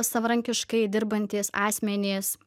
savarankiškai dirbantys asmenys